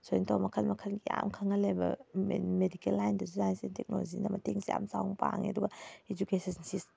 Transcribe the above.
ꯁꯨꯃꯥꯏꯅ ꯇꯧꯔ ꯃꯈꯜ ꯃꯈꯜ ꯀꯌꯥ ꯑꯃ ꯈꯪꯍꯜꯂꯦꯕ ꯃꯦꯗꯤꯀꯦꯜ ꯂꯥꯏꯟꯗꯁꯨ ꯁꯥꯏꯟꯁ ꯑꯦꯟ ꯇꯦꯛꯅꯣꯂꯣꯖꯤꯅ ꯃꯇꯦꯡꯁꯦ ꯌꯥꯝ ꯆꯥꯎꯅ ꯄꯥꯡꯉꯦ ꯑꯗꯨꯒ ꯏꯖꯨꯀꯦꯁꯟ ꯁꯤꯁ